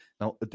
Now